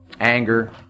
Anger